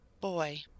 Boy